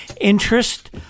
Interest